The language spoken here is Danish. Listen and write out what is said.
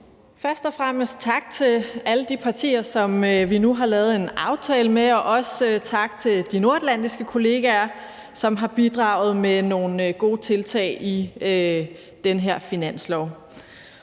Først og fremmest tak til alle de partier, som vi nu har lavet en aftale med, og også tak til de nordatlantiske kollegaer, som har bidraget med nogle gode tiltag i den her finanslov.